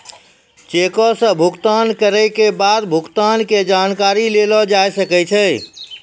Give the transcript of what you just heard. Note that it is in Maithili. चेको से भुगतान करै के बाद भुगतान के जानकारी लेलो जाय सकै छै